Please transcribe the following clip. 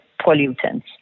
pollutants